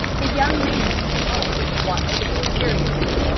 the young man, as he talked, watched the boy curiously.